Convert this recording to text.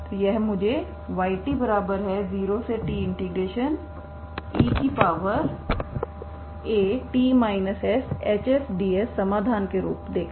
तो यह मुझे yt0teAhds समाधान के रूप देगा